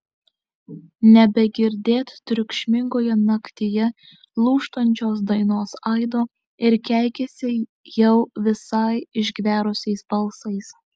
nebegirdėt triukšmingoje naktyje lūžtančios dainos aido ir keikiasi jau visai išgverusiais balsais